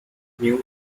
new